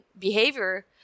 behavior